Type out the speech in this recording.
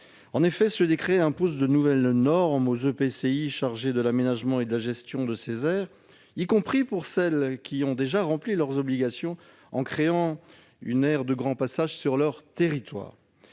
En effet, ce décret impose de nouvelles normes aux EPCI chargés de l'aménagement et de la gestion de ces aires, y compris à ceux qui ont déjà rempli leurs obligations en créant une aire de grand passage sur leur territoire.